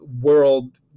world